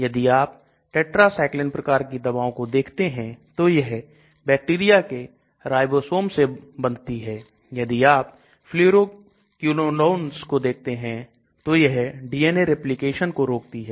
यदि आप Tetracyclin प्रकार की दवाओं को देखते हैं तो यह बैक्टीरिया के राइबोसोम से बांधती हैं यदि आप Fluoroquinolones को देखते हैं तो यह DNA Replication को रोकती हैं